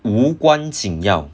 无关紧要